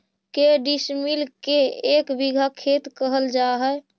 के डिसमिल के एक बिघा खेत कहल जा है?